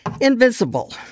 Invisible